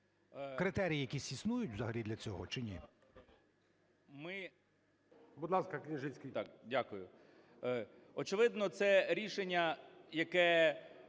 Критерії якісь існують взагалі для цього чи ні?